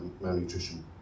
malnutrition